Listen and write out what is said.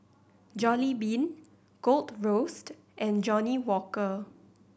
Jollibean Gold Roast and Johnnie Walker